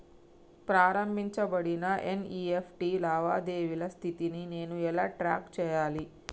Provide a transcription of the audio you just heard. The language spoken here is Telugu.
ప్రారంభించబడిన ఎన్.ఇ.ఎఫ్.టి లావాదేవీల స్థితిని నేను ఎలా ట్రాక్ చేయాలి?